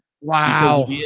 wow